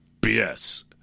BS